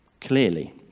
clearly